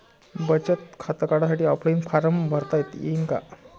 बचत खातं काढासाठी ऑफलाईन फारम भरता येईन का?